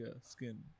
skin